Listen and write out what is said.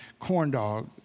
corndog